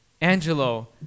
Angelo